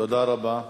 תודה רבה.